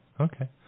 Okay